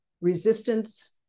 resistance